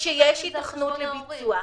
שיש היתכנות לביצוע,